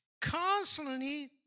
constantly